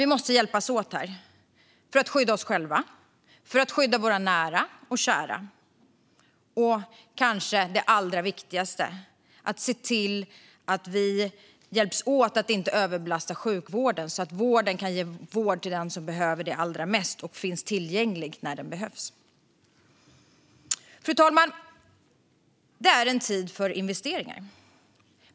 Vi måste hjälpas åt för att skydda oss själva, för att skydda våra nära och kära och, det kanske allra viktigaste, för att hjälpas åt att inte överbelasta sjukvården utan se till att vården kan ges till den som behöver den allra mest och att den finns tillgänglig när den behövs. Fru talman! Det är tid för investeringar.